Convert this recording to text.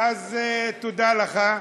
אז תודה לך,